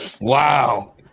Wow